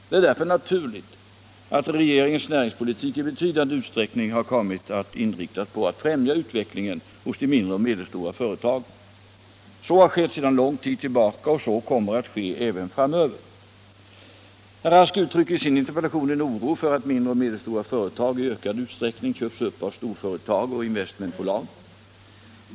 Det är därför naturligt att regeringens näringspolitik i betydande utsträckning har kommit att inriktas på att främja utvecklingen hos de mindre och medelstora företagen. Så har skett sedan lång tid tillbaka och så kommer att ske även framöver. Herr Rask uttrycker i sin interpellation en oro för att mindre och medelstora företag i ökad utsträckning köps upp av storföretag och investmentbolag.